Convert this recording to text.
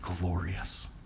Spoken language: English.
glorious